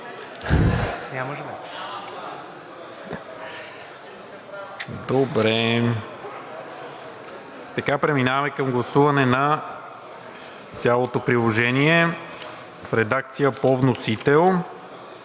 добре. Преминаваме към гласуване на цялото приложение в редакция по вносител